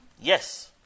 Yes